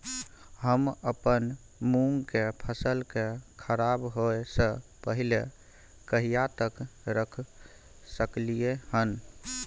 हम अपन मूंग के फसल के खराब होय स पहिले कहिया तक रख सकलिए हन?